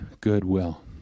goodwill